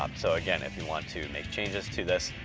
um so again, if you want to make changes to this,